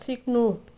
सिक्नु